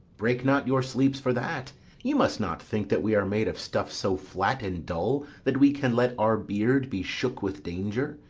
break not your sleeps for that you must not think that we are made of stuff so flat and dull that we can let our beard be shook with danger,